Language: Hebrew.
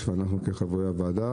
עוד כמה התייחסויות ואנחנו נלך לעבודה